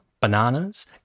bananas